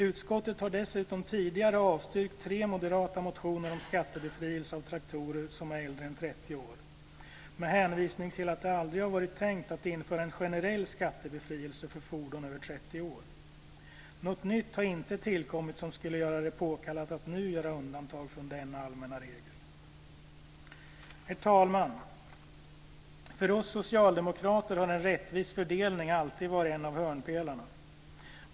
Utskottet har dessutom tidigare avstyrkt tre moderata motioner om skattebefrielse av traktorer som är äldre än 30 år med hänvisning till att det aldrig har varit tänkt att införa en generell skattebefrielse för fordon över 30 år. Något nytt har inte tillkommit som skulle göra det påkallat att nu göra undantag från denna allmänna regel. Herr talman! För oss socialdemokrater har en rättvis fördelning alltid varit en av hörnpelarna.